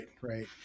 right